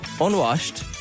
Unwashed